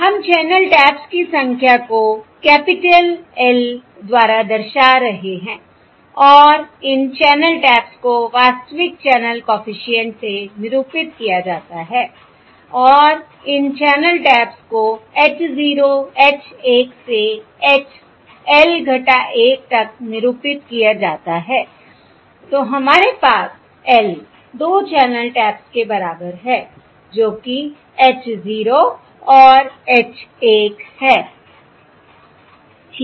हम channel taps की संख्या को कैपिटल L द्वारा दर्शा रहे हैं और इन चैनल टैप्स को वास्तविक चैनलकॉफिशिएंट्स से निरूपित किया जाता है और इन चैनल टैप्स को h0 h1 से h L 1 तक निरूपित किया जाता हैI तो हमारे पास L 2 चैनल टैप्स के बराबर है जो कि h 0 और h1 है ठीक है